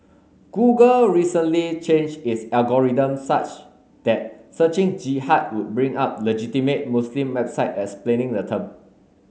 Google recently changed its algorithm such that searching Jihad would bring up legitimate Muslim website explaining the term